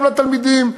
גם לתלמידים,